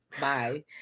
bye